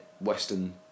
Western